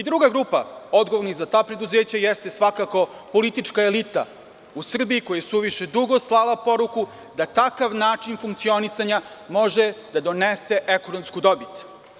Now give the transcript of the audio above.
Druga grupa odgovornih za ta preduzeća jeste svakako politička elita u Srbiji koja je suviše dugo slala poruku da takav način funkcionisanja može da donese ekonomsku dobit.